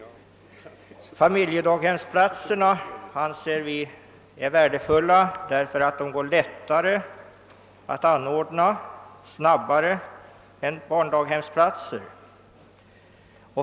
Familjedaghemsplatserna anser vi är värdefulla därför att de går lättare och snabbare att anordna än daghemsplatser.